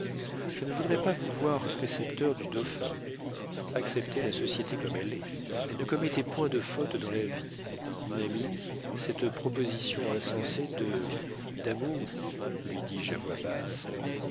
je ne voudrais pas vous voir précepteur du dauphin acceptez la société comme elle est ne commettez point de fautes dans la vie mon ami cette proposition insensée de d'amour lui dis-je à voix basse